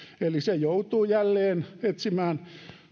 eli maakunta joutuu jälleen etsimään